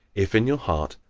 if, in your heart,